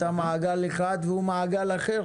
אתה מעגל אחד והוא מעגל אחר,